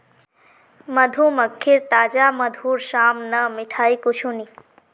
मधुमक्खीर ताजा मधुर साम न मिठाई कुछू नी